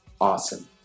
Awesome